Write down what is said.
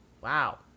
Wow